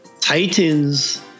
Titans